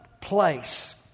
place